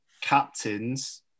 captains